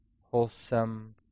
wholesome